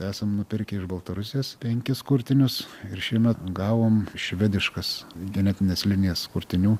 esam nupirkę iš baltarusijos penkis kurtinius ir šiemet gavom švediškas genetines linijas kurtinių